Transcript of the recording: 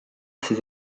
ses